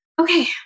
okay